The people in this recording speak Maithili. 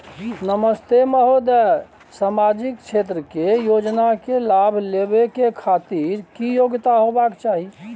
नमस्ते महोदय, सामाजिक क्षेत्र के योजना के लाभ लेबै के खातिर की योग्यता होबाक चाही?